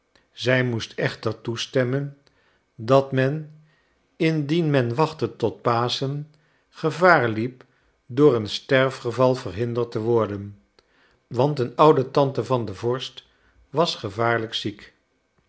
zij moest echter toestemmen dat men indien men wachtte tot paschen gevaar liep door een sterfgeval verhinderd te worden want een oude tante van den vorst was gevaarlijk ziek